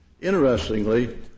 Interestingly